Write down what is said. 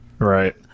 Right